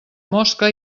mosca